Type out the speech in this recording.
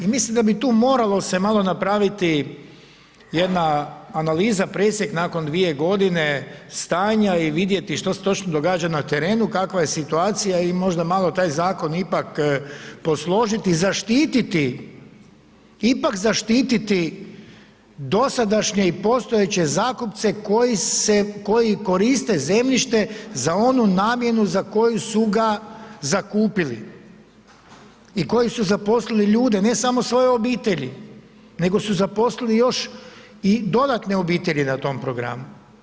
I mislim da bi se tu moralo malo napraviti jedna analiza, presjek nakon dvije godine stanja i vidjeti što se točno događa na terenu, kakva je situacija i možda malo taj zakon ipak posložiti, zaštititi, ipak zaštititi dosadašnje i postojeće zakupce koji koriste zemljište za onu namjenu za koju su ga zakupili i koji su zaposlili ljude, ne samo svoje obitelji, nego su zaposlili još i dodatne obitelji na tom programu.